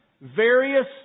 various